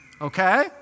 Okay